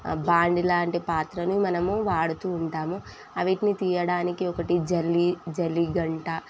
బాణలి లాంటి పాత్రని మనము వాడుతూ ఉంటాము అవిటిని తీయడానికి ఒక జల్లీ జల్లీ ఘంటా